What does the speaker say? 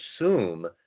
assume